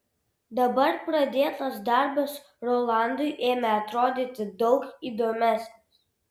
dabar pradėtas darbas rolandui ėmė atrodyti daug įdomesnis